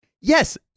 Yes